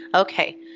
Okay